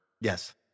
Yes